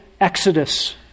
exodus